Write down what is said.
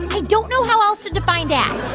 i don't know how else to define dad